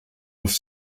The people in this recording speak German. off